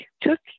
took